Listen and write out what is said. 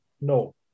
no